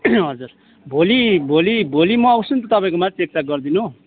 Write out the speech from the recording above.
हजुर भोलि भोलि भोलि म आउँछु नि त तपाईँकोमा चेकचाक गरिदिनु